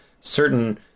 certain